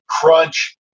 crunch